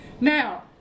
Now